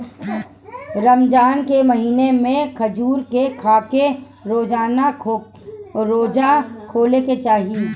रमजान के महिना में खजूर के खाके रोज़ा खोले के चाही